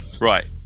right